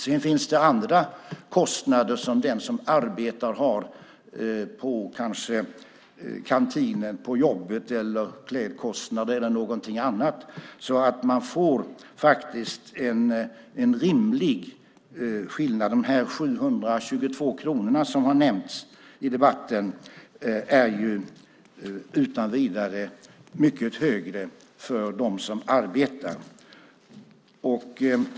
Sedan finns det andra kostnader som den som arbetar har, till exempel i kantinen på jobbet, klädkostnader eller någonting annat. Man får alltså faktiskt en rimlig skillnad. De här 722 kronorna som har nämnts i debatten är utan vidare mycket högre för dem som arbetar.